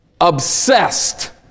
obsessed